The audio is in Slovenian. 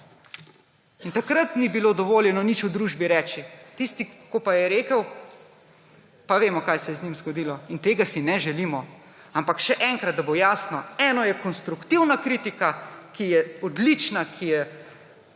Takrat ni bilo dovoljeno nič v družbi reči. Tisti, ki je rekel, pa vemo, kaj se je z njim zgodilo, in tega si ne želimo. Še enkrat, da bo jasno. Eno je konstruktivna kritika, ki je odlična, ki